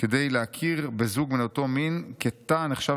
כדי להכיר בזוג מן אותו מין כתא הנחשב